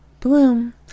bloom